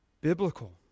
biblical